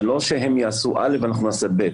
זה לא שהם יעשו א' ואנחנו נעשה ב'.